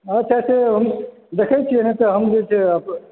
अच्छा से हम देखैत छियै ने तऽ हम जे छै